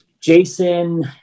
Jason